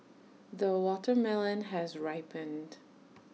the watermelon has ripened